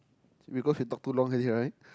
see because you talk too long already right